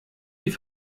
die